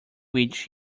which